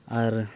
ᱟᱨ